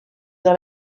dans